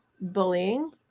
bullying